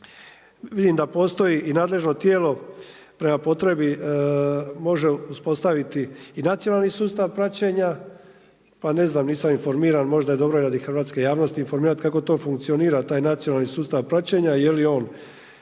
Vidim da postoji i nadležno tijelo, prema potrebi može uspostaviti i nacionalni sustav praćenja, pa ne znam, nisam informiran, možda je dobro radi hrvatske javnosti informirati kako to funkcionira, taj nacionalni sustav praćenja. Je li on